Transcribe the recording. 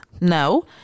No